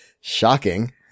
shocking